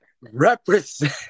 represent